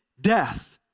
death